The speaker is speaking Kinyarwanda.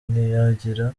ntiyagira